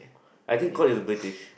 I think court is the British